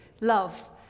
love